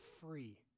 free